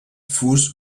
fus